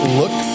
look